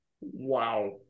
Wow